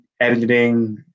editing